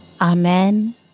Amen